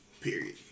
Period